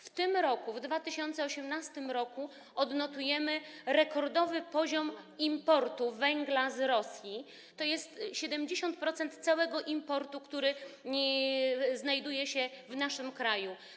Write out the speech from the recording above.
W tym roku, w 2018 r., odnotujemy rekordowy poziom importu węgla z Rosji, to jest 70% całego importu, który znajduje się w naszym kraju.